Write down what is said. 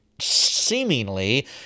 seemingly